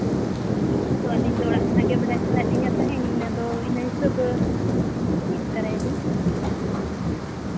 ᱟᱫᱚ ᱟᱹᱞᱤᱧ ᱫᱚ ᱚᱲᱟᱜ ᱠᱷᱚᱱᱟᱜ ᱵᱟᱲᱟᱭ ᱥᱟᱱᱟᱭᱮᱫ ᱞᱤᱧᱟ ᱛᱟᱦᱮᱱ ᱤᱱᱟᱹ ᱫᱚ ᱤᱱᱟᱹ ᱦᱤᱥᱟᱹᱵᱽ ᱤᱫᱤ ᱛᱟᱨᱟᱭᱟᱞᱤᱧ